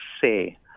say